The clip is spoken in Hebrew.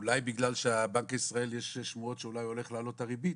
יש שמועות שבנק ישראל אולי הולך להעלות את הריבית,